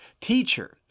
Teacher